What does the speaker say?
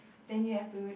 then you have to